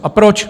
A proč?